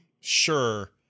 sure